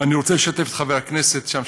אני רוצה לשתף את חברי הכנסת עכשיו,